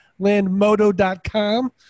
landmoto.com